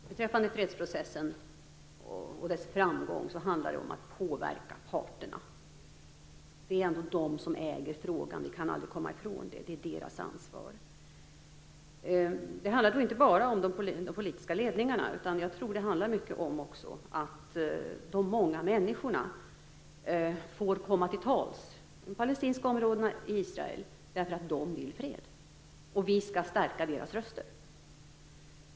Fru talman! Beträffande fredsprocessen och dess framgång handlar det om att påverka parterna. Det är ändå de som äger frågan. Vi kan aldrig komma ifrån att det är deras ansvar. Det handlar då inte bara om de politiska ledningarna. Jag tror att det också handlar mycket om att de många människorna får komma till tals i de palestinska områdena och i Israel, därför att de vill fred, och vi skall stärka deras röster.